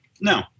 No